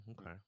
Okay